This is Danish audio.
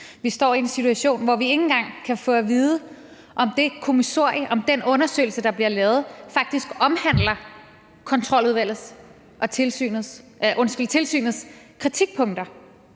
Vi står i en situation, hvor vi ikke engang kan få at vide, om det kommissorie, om den undersøgelse, der bliver lavet, faktisk omhandler tilsynets kritikpunkter.